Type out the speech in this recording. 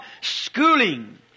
schooling